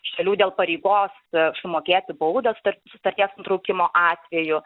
šalių dėl pareigos sumokėti baudą sutarties nutraukimo atveju